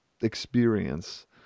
experience